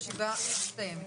הישיבה מסתיימת.